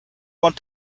want